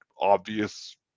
obvious